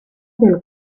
del